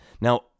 Now